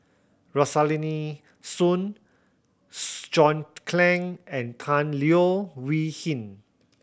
Rosaline Soon John Clang and Tan Leo Wee Hin